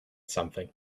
something